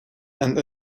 and